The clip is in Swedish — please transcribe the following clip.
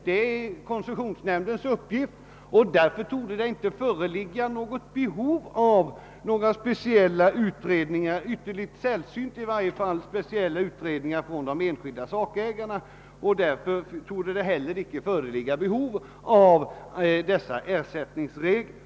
Det är koncessionsnämndens uppgift, och därför torde det inte annat än i ytterligt sällsynta fall föreligga något behov av speciella utredningar av enskilda sakägare och följaktligen inte heller behov av sådana ersättningsregler.